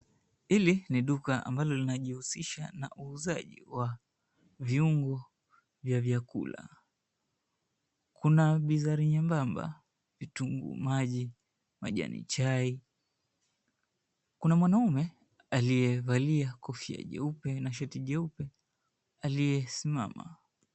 Hili ni duka ambalo linajihusisha na uuzaji wa viungo vya vyakula Kuna vizari nyebamba, vitungu maji, majani chai, kuna mwanaume aliyevalia kofia jeupe na shati jeupe aliyesimama.